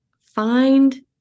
find